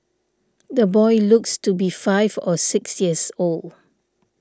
the boy looks to be five or six years old